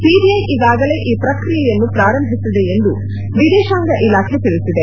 CBI ಈಗಾಗಲೇ ಈ ಪ್ರಕ್ರಿಯೆಯನ್ನು ಪ್ರಾರಂಭಿಸಿದೆ ಎಂದು ವಿದೇಶಾಂಗ ಇಲಾಖೆ ತಿಳಿಸಿದೆ